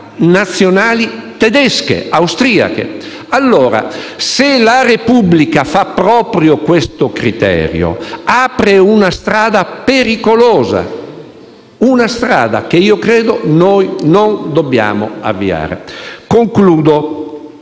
nazionali tedesche, austriache. Se la Repubblica fa proprio questo criterio apre una strada pericolosa, che io credo non dobbiamo percorrere. Concludo